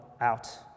out